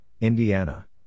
Indiana